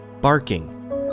barking